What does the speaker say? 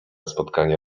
spotkanie